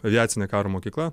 aviacinė karo mokykla